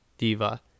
diva